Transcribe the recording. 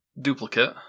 duplicate